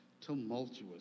tumultuous